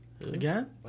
Again